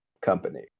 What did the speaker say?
company